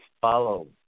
follow